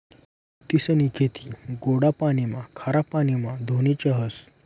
मोतीसनी खेती गोडा पाणीमा, खारा पाणीमा धोनीच्या व्हस